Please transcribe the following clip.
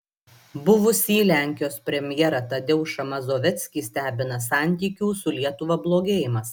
buvusį lenkijos premjerą tadeušą mazoveckį stebina santykių su lietuva blogėjimas